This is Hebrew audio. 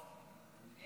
מלבדו.